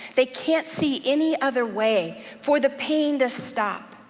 they can't see any other way for the pain to stop,